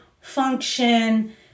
function